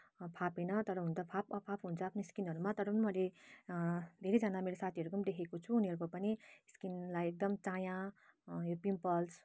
फापेन तर हुन त फाप नफाप हुन्छ आफ्नो स्किनहरूमा तर पनि मैले धेरैजना मेरो साथीहरू पनि देखेको छु उनीहरूलाई पनि स्किनलाई एकदम चाया यो पिम्पल्स